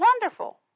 Wonderful